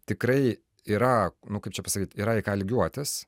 tikrai yra nu kaip čia pasakyt yra į ką lygiuotis